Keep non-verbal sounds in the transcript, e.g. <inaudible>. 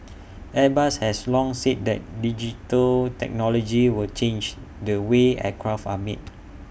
<noise> airbus has long said that digital technology will change the way aircraft are made